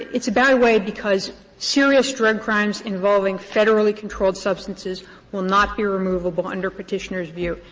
it's a bad way because serious drug crimes involving federally controlled substances will not be removable under petitioner's view.